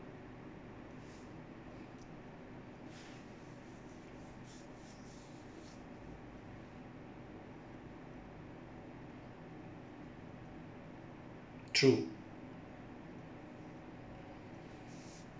true